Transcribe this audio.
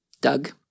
Doug